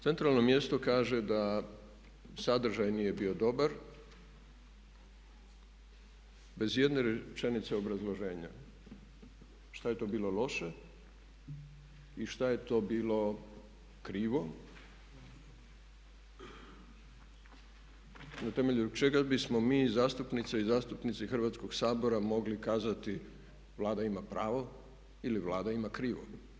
Centralno mjesto kaže da sadržaj nije bio dobar, bez jedne rečenice obrazloženja, šta je to bilo loše i šta je to bilo krivo, ne temelju čega bismo mi zastupnice i zastupnici Hrvatskoga sabora mogli kazati Vlada ima pravo ili Vlada ima krivo.